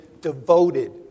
devoted